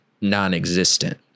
non-existent